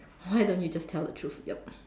why don't you just tell the truth yup